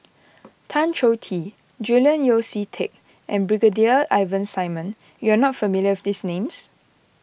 Tan Choh Tee Julian Yeo See Teck and Brigadier Ivan Simson you are not familiar with these names